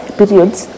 periods